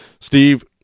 Steve